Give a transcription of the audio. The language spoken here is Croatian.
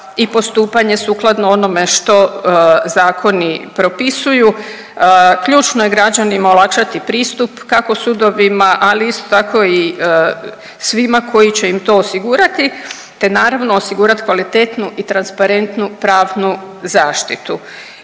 i postupanje sukladno onome što zakoni propisuju, ključno je građanima olakšati pristup kako sudovima, ali isto tako i svima koji će im to osigurati, te naravno osigurat kvalitetnu i transparentnu pravnu zaštitu.